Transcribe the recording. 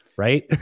right